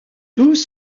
tous